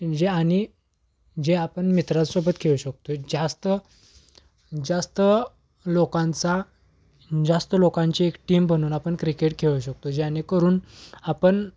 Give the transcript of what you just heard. जे आणि जे आपण मित्रांसोबत खेळू शकतो आहे जास्त जास्त लोकांचा जास्त लोकांची एक टीम बनवून आपण क्रिकेट खेळू शकतो जेणेकरून आपण